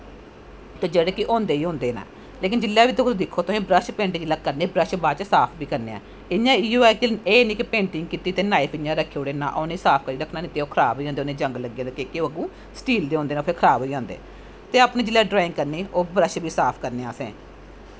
ते जेह्ड़े के होंदे ही हेंदे नै लेकिन जिसलै बी तुस दिक्खो तुसें ब्रश पेंटिग जिसलै करनी ब्रश बाद च साफ बी करनें ऐ फिह् ओह् खराब होई जंदे स्टील होंदे नै ते अपनी जिसलै पेंटिंग करनी ओह् बर्श बी साफ करनें असें